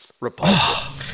repulsive